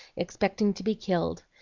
expecting to be killed.